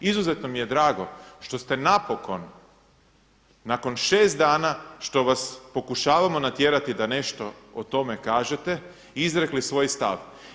Izuzetno mi je drago što ste napokon nakon 6 dana što vas pokušavamo natjerati da nešto o tome kažete izrekli svoj stav.